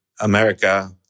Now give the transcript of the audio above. America